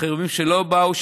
חלק לא באו,